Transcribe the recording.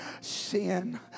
Sin